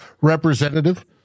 representative